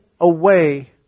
away